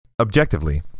objectively